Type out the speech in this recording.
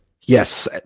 Yes